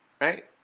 Right